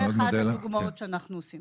זו אחת מהדוגמאות למה שאנחנו עושים.